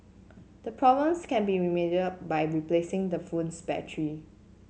the problems can be remedied by replacing the phone's battery